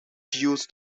used